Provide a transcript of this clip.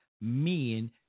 men